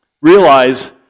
realize